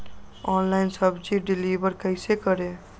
Online सब्जी deliver कैसे करें?